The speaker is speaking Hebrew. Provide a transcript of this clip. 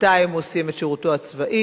בינתיים הוא סיים את שירותו הצבאי,